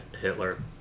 Hitler